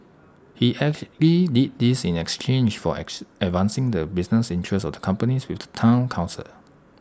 he did this in exchange for advancing the business interests of the companies with the Town Council